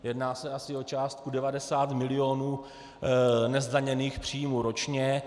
Jedná se asi o částku 90 mil. nezdaněných příjmů ročně.